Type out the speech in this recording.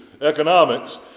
economics